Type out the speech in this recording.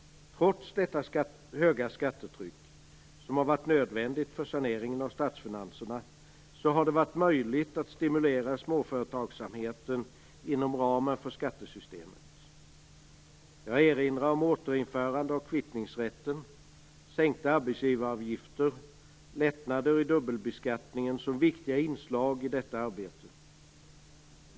Trots detta höga skattetryck, som har varit nödvändigt för saneringen av statsfinanserna, har det varit möjligt att stimulera småföretagsamheten inom ramen för skattesystemet. Jag erinrar om återinförande av kvittningsrätten, sänkta arbetsgivaravgifter och lättnader i dubbelbeskattningen som viktiga inslag i detta arbete.